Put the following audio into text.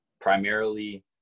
primarily